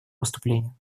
выступления